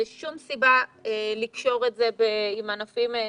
אין שום סיבה לקשור את זה עם ענפים נוספים.